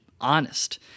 honest